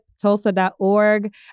Tulsa.org